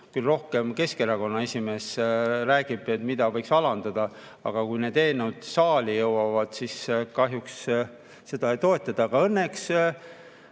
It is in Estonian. küll rohkem Keskerakonna esimees, mida võiks alandada, aga kui need eelnõud saali jõuavad, siis kahjuks seda ei toetata. Aga õnneks